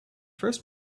first